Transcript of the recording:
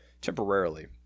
temporarily